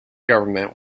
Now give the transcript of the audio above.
government